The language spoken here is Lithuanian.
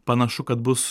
panašu kad bus